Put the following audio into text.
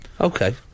okay